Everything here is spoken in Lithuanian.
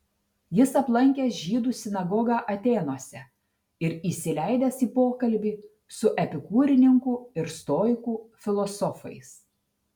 jis aplankęs žydų sinagogą atėnuose ir įsileidęs į pokalbį su epikūrininkų ir stoikų filosofais